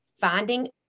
finding